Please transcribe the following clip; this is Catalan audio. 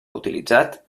utilitzat